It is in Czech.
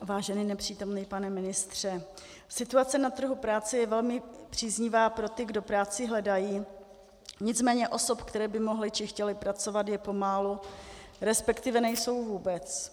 Vážený nepřítomný pane ministře, situace na trhu práce je velmi příznivá pro ty, kdo práci hledají, nicméně osob, které by mohly či chtěly pracovat, je pomálu, resp. nejsou vůbec.